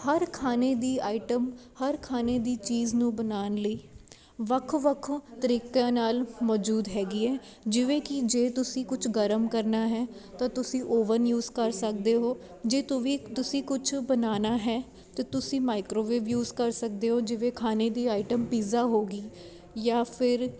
ਹਰ ਖਾਣੇ ਦੀ ਆਈਟਮ ਹਰ ਖਾਣੇ ਦੀ ਚੀਜ਼ ਨੂੰ ਬਣਾਉਣ ਲਈ ਵੱਖ ਵੱਖ ਤਰੀਕਿਆਂ ਨਾਲ ਮੌਜੂਦ ਹੈਗੀ ਹੈ ਜਿਵੇਂ ਕਿ ਜੇ ਤੁਸੀਂ ਕੁਝ ਗਰਮ ਕਰਨਾ ਹੈ ਤਾਂ ਤੁਸੀਂ ਓਵਨ ਯੂਜ ਕਰ ਸਕਦੇ ਹੋ ਜੇ ਤੂੰ ਵੀ ਤੁਸੀਂ ਕੁਝ ਬਣਾਉਣਾ ਹੈ ਅਤੇ ਤੁਸੀਂ ਮਾਈਕਰੋਵੇਵ ਯੂਜ ਕਰ ਸਕਦੇ ਹੋ ਜਿਵੇਂ ਖਾਣੇ ਦੀ ਆਈਟਮ ਪੀਜ਼ਾ ਹੋਗੀ ਜਾਂ ਫਿਰ